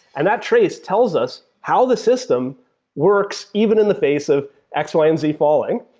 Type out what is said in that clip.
and that trace tells us how the system works even in the face of x, y, and z falling,